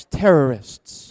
terrorists